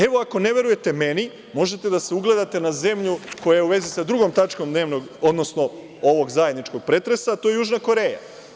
Evo, ako ne verujete meni možete da se ugledate na zemlju koja je u vezi sa drugom tačkom dnevnog reda, odnosno ovog zajedničkog pretresa, to je Južna Koreja.